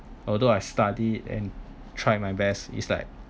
although I study and tried my best is like